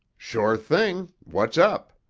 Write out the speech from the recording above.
sure thing what's up?